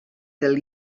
del